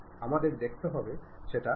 আমাদের দেখতে হবে সেটা ঠিকাছে কিনা